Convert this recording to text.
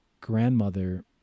grandmother